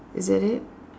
is that it